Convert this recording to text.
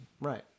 Right